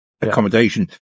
accommodation